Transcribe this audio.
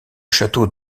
château